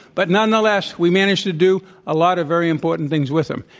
but nonetheless, we managed to do a lot of very important things with them.